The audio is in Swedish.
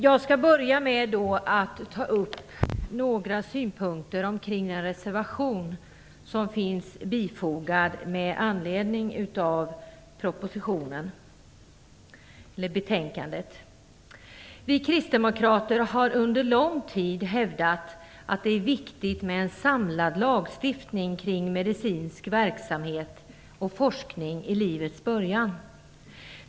Jag skall börja med att ta upp en del synpunkter kring en reservation som finns bifogad till betänkandet. Vi kristdemokrater har under lång tid hävdat att det är viktigt med en samlad lagstiftning kring medicinsk verksamhet och forskning i livets början.